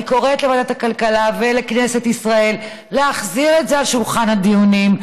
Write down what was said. אני קוראת לוועדת הכלכלה ולכנסת ישראל להחזיר את זה לשולחן הדיונים,